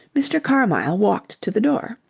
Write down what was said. mr. carmyle walked to the door.